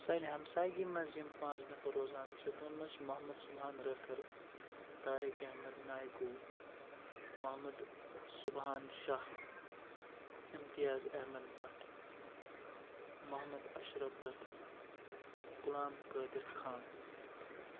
سانہِ ہمسایِگی منٛز یِم پانٛژھ نفر روزان چھِ تِمَن منٛز چھِ محمد سُبحان رٲتھٕر طارق احمد نایکوٗ محمد سُبحان شاہ امتیاز احمد بَٹ محمد اَشرف رٲتھٕر غلام قٲدِر خان